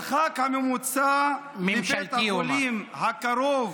המרחק הממוצע מבית החולים הקרוב